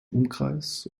umkreis